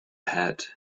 hat